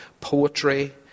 poetry